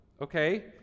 okay